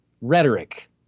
rhetoric